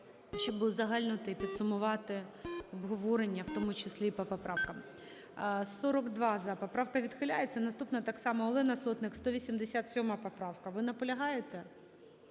щоб узагальнити і підсумувати обговорення, в тому числі і по поправкам. 13:59:46 За-42 Поправка відхиляється. Наступна, так само, Олена Сотник 187 поправка. ви наполягаєте,